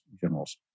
generals